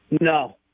No